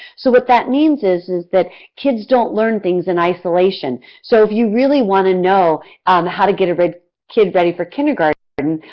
so what that means is is that kids don't learn things in isolation. sort of you really want to know how to get a but ah kid ready for kindergarten,